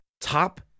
Top